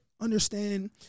understand